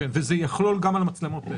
זה יחול גם על המצלמות האלה?